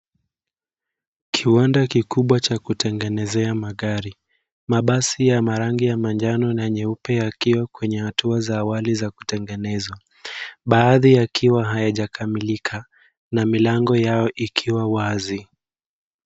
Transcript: Kiwanda kikubwa cha kutengenezea magari. Mabasi ya marangi ya manjano na nyeupe yakiwa kwenye hatua za awali za kutengenezwa baadhi yakiwa hayajakamilika na milango yao ikiwa wazi.